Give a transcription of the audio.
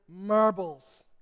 marbles